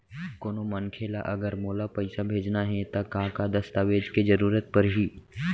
कोनो मनखे ला अगर मोला पइसा भेजना हे ता का का दस्तावेज के जरूरत परही??